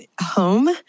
home